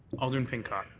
alderman pincott.